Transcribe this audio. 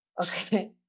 Okay